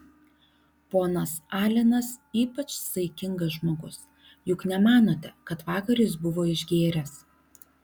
ponas alenas ypač saikingas žmogus juk nemanote kad vakar jis buvo išgėręs